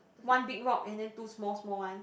one big rock and then two small small one